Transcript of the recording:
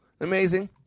Amazing